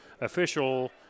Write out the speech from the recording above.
official –